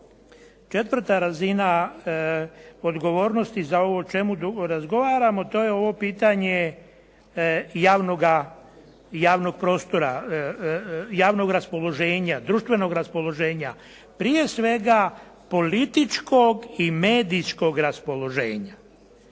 četvrta razina odgovornosti za ovo o čemu razgovaramo, to je ovo pitanje javnoga prostora, javnog raspoloženja, društvenog raspoloženja. Prije svega političkog i medijskog raspoloženja,